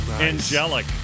Angelic